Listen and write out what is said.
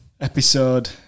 episode